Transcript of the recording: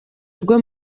bwo